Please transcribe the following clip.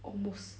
almost